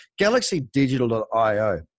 GalaxyDigital.io